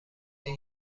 این